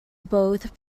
both